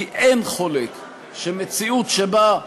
כי אין חולק שמציאות שבה,